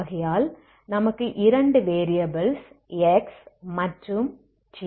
ஆகையால் நமக்கு இரண்டு வேரியபில்ஸ் x மற்றும் t